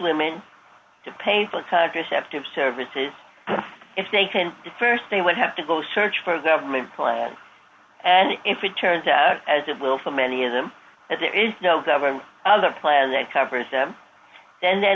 women to pay for contraceptive services if they can st they would have to go search for government plan and if it turns out as it will so many of them as there is no government other plan that covers them then the